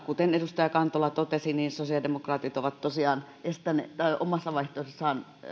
kuten edustaja kantola totesi sosiaalidemokraatit ovat tosiaan omassa vaihtoehdossaan